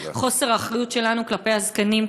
חוסר האחריות שלנו כלפי הזקנים,